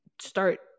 start